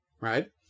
right